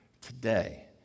today